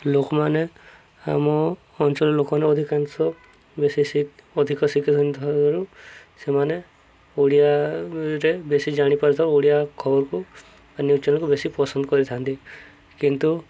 ଲୋକମାନେ ଆମ ଅଞ୍ଚଳର ଲୋକମାନେ ଅଧିକାଂଶ ବେଶୀ ଅଧିକ ଶିଖିଛନ୍ତି ଥିବାରୁ ସେମାନେ ଓଡ଼ିଆରେ ବେଶୀ ଜାଣିପାରିଥାଉ ଓଡ଼ିଆ ଖବରକୁ ବା ନ୍ୟୁଜ୍ ଚ୍ୟାନେଲକୁ ବେଶୀ ପସନ୍ଦ କରିଥାନ୍ତି କିନ୍ତୁ